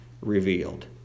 revealed